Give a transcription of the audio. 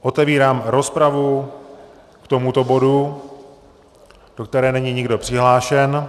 Otevírám rozpravu k tomuto bodu, do které není nikdo přihlášen.